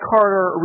Carter